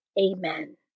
Amen